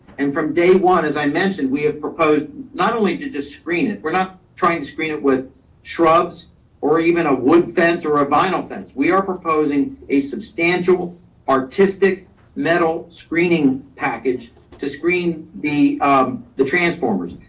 and from day one, as i mentioned, we have proposed not only to just screen it, we're not trying to screen it with shrubs or even a wood fence or a vinyl fence. we are proposing a substantial artistic metal screening package to screen the um the transformers.